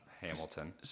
Hamilton